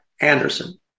Anderson